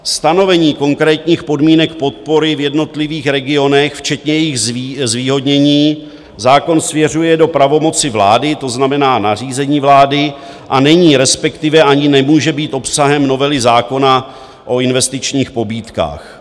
Stanovení konkrétních podmínek podpory v jednotlivých regionech včetně jejich zvýhodnění zákon svěřuje do pravomoci vlády, to znamená nařízení vlády, a není, respektive ani nemůže být obsahem novely zákona o investičních pobídkách.